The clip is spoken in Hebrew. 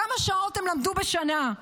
כמה שעות הם למדו בשנה?